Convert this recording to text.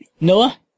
Noah